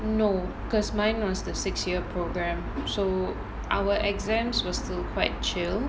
no because mine was the six year program so our exams were still quite chill